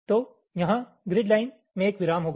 तो यहाँ grid line में एक विराम होगा